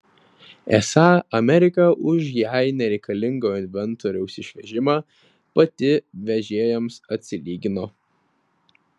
esą amerika už jai nereikalingo inventoriaus išvežimą pati vežėjams atsilygino